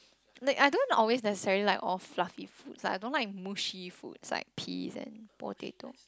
like I don't always necessarily like all fluffy foods like I don't like mushy foods like peas and potato